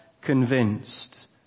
convinced